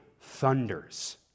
thunders